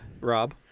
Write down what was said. Rob